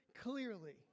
clearly